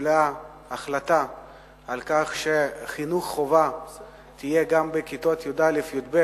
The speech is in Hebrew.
החליטה שחינוך חובה יהיה גם בכיתות י"א י"ב.